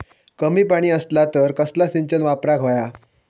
कमी पाणी असला तर कसला सिंचन वापराक होया?